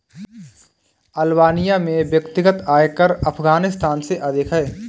Albania में व्यक्तिगत आयकर अफ़ग़ानिस्तान से अधिक है